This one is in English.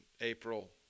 April